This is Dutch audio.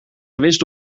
gewist